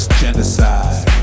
genocide